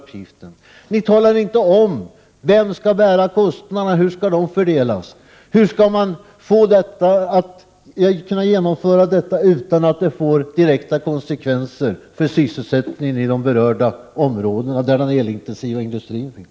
Ni i miljöpartiet talar inte om vem som skall bära kostnaderna och hur de skall fördelas. Hur skall miljöpartiet kunna genomföra detta utan att det får direkta konsekvenser för sysselsättningen i de områden där den elintensiva industrin finns?